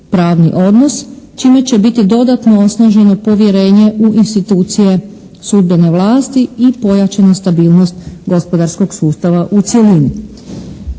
pravni odnos čime će biti dodatno osnaženo povjerenje u institucije sudbene vlasti i pojačana stabilnost gospodarskog sustava u cjelini.